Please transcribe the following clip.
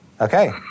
Okay